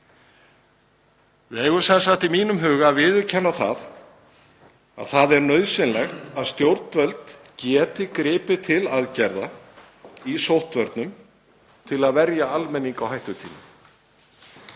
Við eigum sem sagt í mínum huga að viðurkenna að það er nauðsynlegt að stjórnvöld geti gripið til aðgerða í sóttvörnum til að verja almenning á hættutímum.